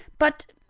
but,